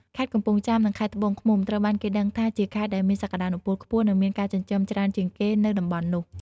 ខេត្តកំពង់ចាម និង ខេត្តត្បូងឃ្មុំ ត្រូវបានគេដឹងថា ជាខេត្តដែលមានសក្តានុពលខ្ពស់និងមានការចិញ្ចឹមច្រើនជាងគេនៅតំបន់នោះ។